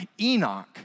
Enoch